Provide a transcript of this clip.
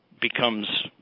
becomes